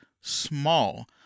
small